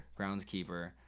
Groundskeeper